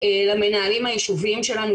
למנהלים היישוביים שלנו,